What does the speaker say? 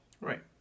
right